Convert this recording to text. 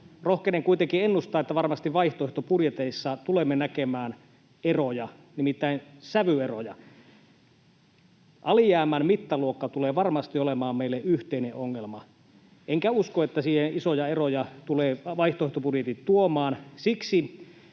Rohkenen kuitenkin ennustaa, että varmasti vaihtoehtobudjeteissa tulemme näkemään eroja, nimittäin sävyeroja. Alijäämän mittaluokka tulee varmasti olemaan meille yhteinen ongelma, enkä usko, että vaihtoehtobudjetit tulevat